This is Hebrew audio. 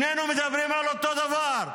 שנינו מדברים על אותו דבר.